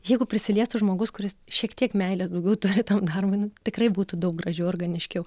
jeigu prisiliestų žmogus kuris šiek tiek meilės daugiau turi tam darbui tikrai būtų daug gražiau organiškiau